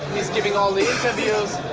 he's giving all the interviews.